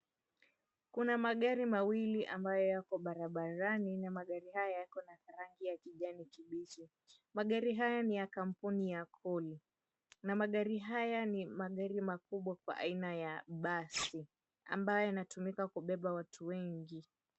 Kuna magari mawili ambayo yako barabarani na magari haya yakona rangi ya kijani kibichi. Magari haya ni ya kampuni ya COOL na Magari haya ni magari makubwa kwa aina ya basi ambayo yanatumika kubeba watu wengi.